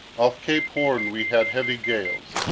off cape horn we had heavy gales.